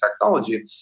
technology